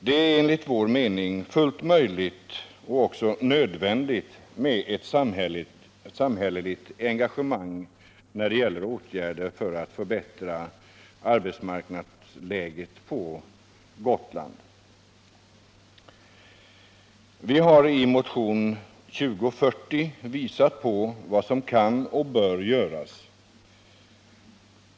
Det är enligt vår mening fullt möjligt och också nödvändigt med ett samhälleligt engagemang när det gäller åtgärder för att förbättra arbetsmarknadsläget på Gotland. Vi har i motion nr 2040 visat på vad som kan och bör göras.